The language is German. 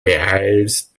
beeilst